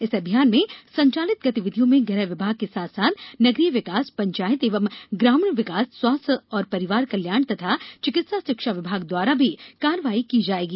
इस अभियान में संचालित गतिविधियों में गृह विभाग के साथ साथ नगरीय विकास पंचायत एवं ग्रामीण विकास स्वास्थ्य एवं परिवार कल्याण तथा चिकित्सा शिक्षा विभाग द्वारा भी कार्यवाही की जाएगी